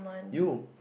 you